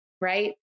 right